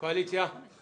מי